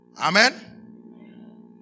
Amen